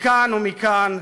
מכאן ומכאן.